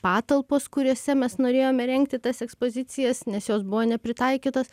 patalpos kuriose mes norėjome rengti tas ekspozicijas nes jos buvo nepritaikytos